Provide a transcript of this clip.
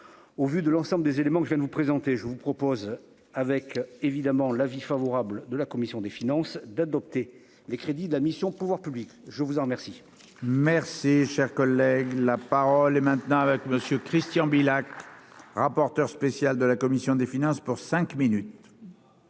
au vu de l'ensemble des éléments que je viens de vous présenter, je vous propose, avec évidemment l'avis favorable de la commission des finances d'adopter les crédits de la mission, pouvoirs publics, je vous en remercie. Merci, cher collègue, la parole est maintenant avec Monsieur Christian. Rapporteur spécial de la commission des finances pour cinq minutes.